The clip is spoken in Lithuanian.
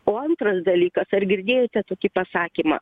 o antras dalykas ar girdėjote tokį pasakymą